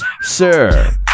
Sir